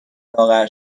لاغر